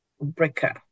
breaker